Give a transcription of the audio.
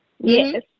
Yes